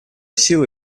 силы